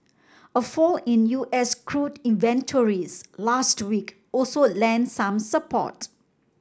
a fall in U S crude inventories last week also lent some support